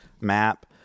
map